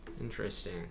interesting